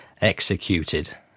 executed